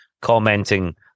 commenting